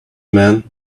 man